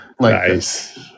Nice